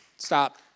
Stop